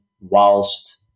whilst